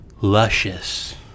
Luscious